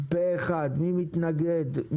מי מתנגד?